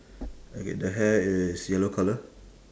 okay the hair is yellow colour